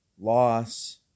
loss